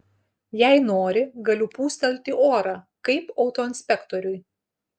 jei nori galiu pūstelti orą kaip autoinspektoriui